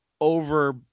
over